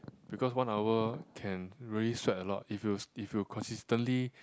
because one hour can really sweat a lot if you s~ if you consistently